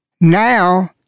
Now